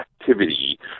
activity